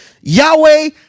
Yahweh